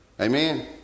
Amen